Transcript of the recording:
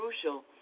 crucial